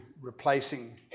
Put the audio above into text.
replacing